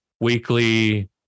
weekly